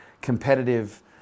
competitive